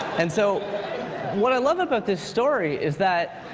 and so what i love about this story is that